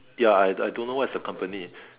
ya I I don't know what is the company